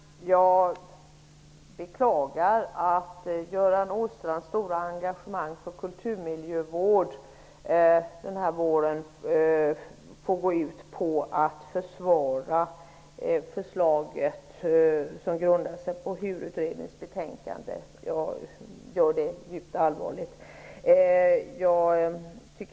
Herr talman! Jag beklagar att Göran Åstrands djupa engagemang för kulturmiljövård denna vår går ut på att försvara förslaget som grundar sig på HUR-utredningens betänkande. Det beklagar jag allvarligt.